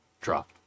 drop